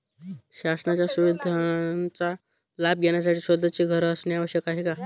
शासनाच्या सुविधांचा लाभ घेण्यासाठी स्वतःचे घर असणे आवश्यक आहे का?